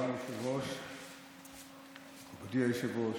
אדוני היושב-ראש.